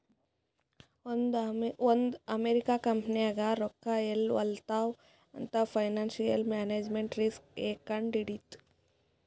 ಒಂದ್ ಅಮೆರಿಕಾ ಕಂಪನಿನಾಗ್ ರೊಕ್ಕಾ ಎಲ್ಲಿ ಹೊಲಾತ್ತಾವ್ ಅಂತ್ ಫೈನಾನ್ಸಿಯಲ್ ಮ್ಯಾನೇಜ್ಮೆಂಟ್ ರಿಸ್ಕ್ ಎ ಕಂಡ್ ಹಿಡಿತ್ತು